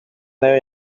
nayo